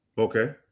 Okay